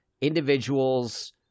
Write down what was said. individuals